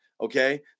okay